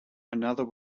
another